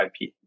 IP